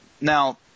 Now –